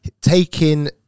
taking